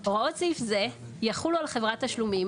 "הוראות סעיף זה יחולו על חברת תשלומים